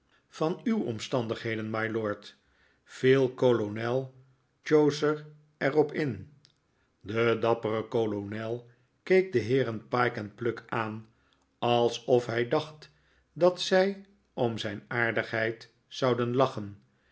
van uw omstandigheden mylord viel kolonel chowser er op in de dappere kolonel keek de heeren pyke en pluck aan alsof hij dacht dat zij om zijn aardigheid zouden lachen